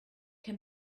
can